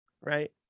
right